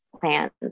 plans